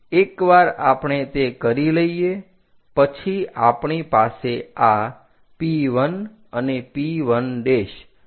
એકવાર આપણે તે કરી લઈએ પછી આપણી પાસે આ P1 અને P1 બિંદુઓ હશે